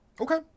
Okay